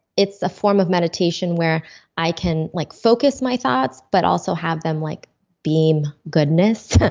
it's a form of meditation where i can like focus my thoughts but also have them like beam goodness,